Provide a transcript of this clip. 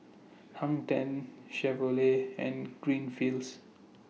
Hang ten Chevrolet and Greenfields